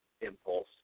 impulse